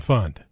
Fund